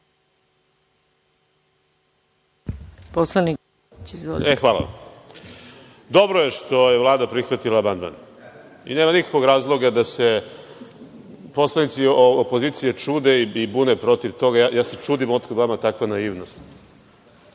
poslanici opozicije čude i bune protiv toga. Ja se čudim otkud vama ta takva naivnost. Ovo